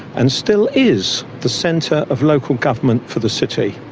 and still is, the centre of local government for the city.